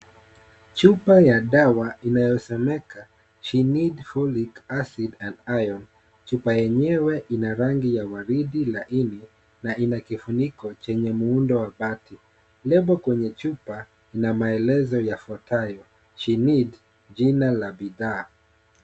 Chupa ya dawa inayosomeka "shinid folic acid and iron". Chupa yenyewe ina rangi ya waridi laini na ina kifuniko chenye muundo wa bati. Nembo kwenye chupa ina maelezo yafuatayo shinid jina la bidhaa.